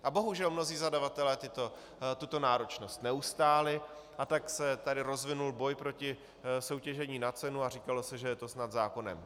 A bohužel mnozí zadavatelé tuto náročnost neustáli, a tak se tady rozvinul boj proti soutěžení na cenu a říkalo se, že je to snad zákonem.